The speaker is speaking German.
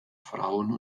frauen